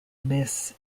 miss